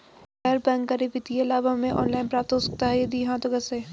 गैर बैंक करी वित्तीय लाभ हमें ऑनलाइन प्राप्त हो सकता है यदि हाँ तो कैसे?